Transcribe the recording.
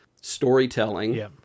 storytelling